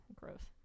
gross